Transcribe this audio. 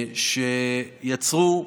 שיצרו,